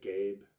Gabe